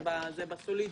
זה בסולידי.